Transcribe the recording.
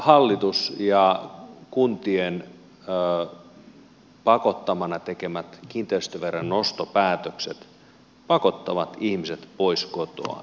hallituksen pakottamana kuntien tekemät kiinteistöveron nostopäätökset pakottavat ihmiset pois kotoaan